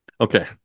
Okay